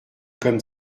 comme